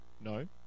No